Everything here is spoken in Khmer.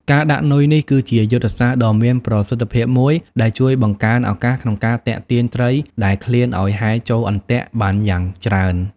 ការដាក់នុយនេះគឺជាយុទ្ធសាស្ត្រដ៏មានប្រសិទ្ធភាពមួយដែលជួយបង្កើនឱកាសក្នុងការទាក់ទាញត្រីដែលឃ្លានឲ្យហែលចូលអន្ទាក់បានយ៉ាងច្រើន។